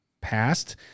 passed